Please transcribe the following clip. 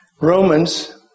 Romans